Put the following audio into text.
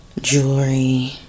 jewelry